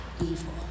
evil